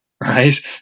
right